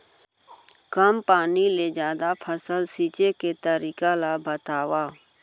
कम पानी ले जादा फसल सींचे के तरीका ला बतावव?